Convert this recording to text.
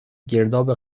گرداب